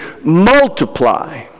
multiply